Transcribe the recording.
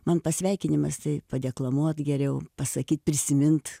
man pasveikinimas tai padeklamuot geriau pasakyt prisimint